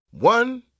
One